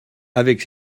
avec